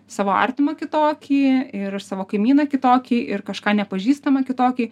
savo artimą kitokį ir savo kaimyną kitokį ir kažką nepažįstamą kitokį